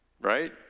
Right